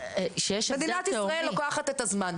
ומדינת ישראל לוקחת את הזמן.